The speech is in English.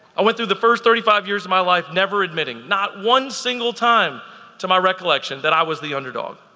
i went through the first thirty five years of my life never admitting, not one single time to my recollection that i was the underdog.